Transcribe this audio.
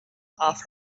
off